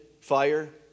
fire